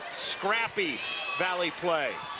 scrappy valley play.